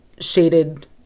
shaded